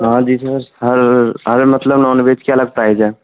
हाँ जी सर हर अरे मतलब नॉनवेज के अलग प्राइस हैं